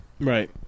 Right